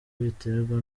biterwa